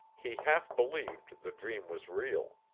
he half believed the dream was real.